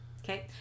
Okay